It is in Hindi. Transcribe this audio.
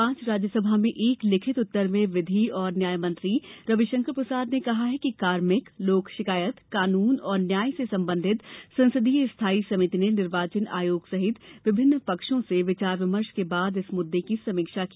आज राज्यसभा में एक लिखित उत्तर में विधि और न्याय मंत्री रविशंकर प्रसाद ने कहा कि कार्मिक लोक शिकायत कानून और न्याय से संबंधित संसदीय स्थाई समिति ने निर्वाचन आयोग सहित विभिन्न पक्षों से विचार विमर्श के बाद इस मुद्दे की समीक्षा की